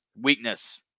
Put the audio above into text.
Weakness